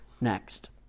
next